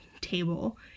table